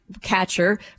catcher